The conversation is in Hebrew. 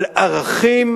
על ערכים